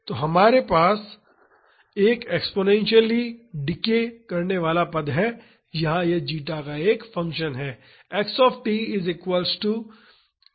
तो हमारे पास एक एक्सपोनेंसीअली डिके करने वाला पद है यहाँ यह जीटा का एक फंक्शन है